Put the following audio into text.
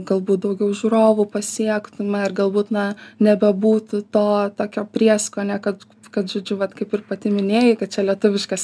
galbūt daugiau žiūrovų pasiektume ir galbūt na nebebūtų to tokio prieskonio kad kad žaidžiu vat kaip ir pati minėjai kad čia lietuviškas